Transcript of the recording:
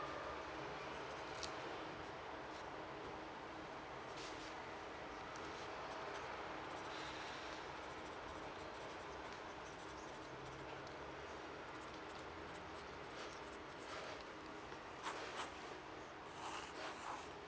mm